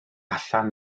allan